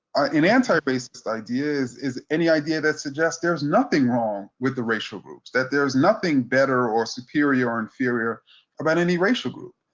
an anti-racist idea is is any idea that suggests there's nothing wrong with the racial groups, that there's nothing better, or superior, or inferior about any racial group.